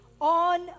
on